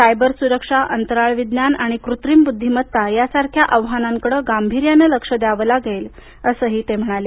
cyber सुरक्षा अंतराळ विज्ञान आणि कृत्रिम बुद्धीमत्ता यासारख्या आव्हानांकडे गांभिर्यानं लक्ष द्यावं लागेल असं ते म्हणाले